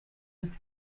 eux